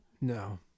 No